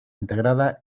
integradas